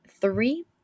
three